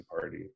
party